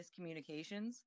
Miscommunications